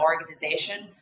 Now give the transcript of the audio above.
organization